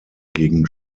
gegen